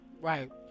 Right